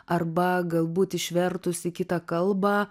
arba galbūt išvertus į kitą kalbą